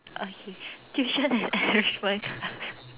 okay tuition and enrichment class